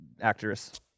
actress